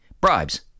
Bribes